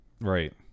Right